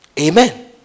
Amen